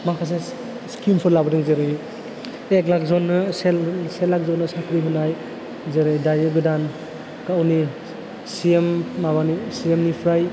माखासे स्किमसफोर लाबोदों जेरै एक लाख जननो से लाख जननो साख्रि होनाय जेरै दायो गोदान गावनि सिएम माबानि सिएमनिफ्राइ